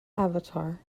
avatar